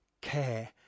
care